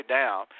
down